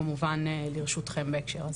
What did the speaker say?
כמובן לרשותכם בהקשר הזה.